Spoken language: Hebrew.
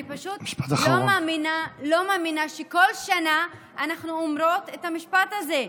אני לא מאמינה שכל שנה אנחנו אומרות את המשפט הזה,